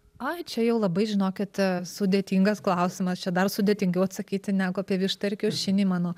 ai čia jau labai žinokite sudėtingas klausimas čia dar sudėtingiau atsakyti negu apie vištą ar kiaušinį mano